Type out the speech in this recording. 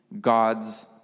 God's